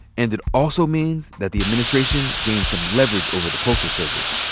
and it also means that the administration gained some leverage over the postal service.